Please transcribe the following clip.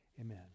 amen